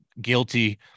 guilty